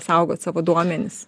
saugot savo duomenis